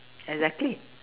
exactly